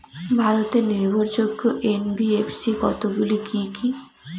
ভারতের নির্ভরযোগ্য এন.বি.এফ.সি কতগুলি কি কি?